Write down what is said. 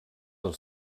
del